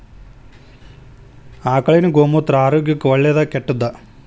ಆಕಳಿನ ಗೋಮೂತ್ರ ಆರೋಗ್ಯಕ್ಕ ಒಳ್ಳೆದಾ ಕೆಟ್ಟದಾ?